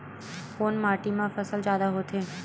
कोन माटी मा फसल जादा होथे?